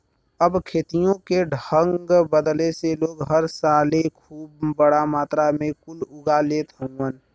अब खेतियों के ढंग बदले से लोग हर साले खूब बड़ा मात्रा मे कुल उगा लेत हउवन